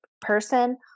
person